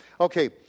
Okay